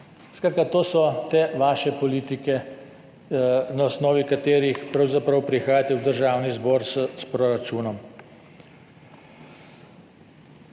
Skratka, to so te vaše politike, na osnovi katerih pravzaprav prihajate v Državni zbor s proračunom.